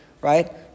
right